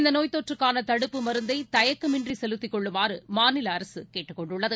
இந்தநோய்த் தொற்றுக்கானதடுப்பு மருந்தைதயக்கமின்றிசெலுத்திக்கொள்ளுமாறுமாநிலஅரசுகேட்டுக் கொண்டுள்ளது